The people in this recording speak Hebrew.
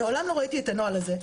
מעולם לא ראיתי את הנוהל הזה,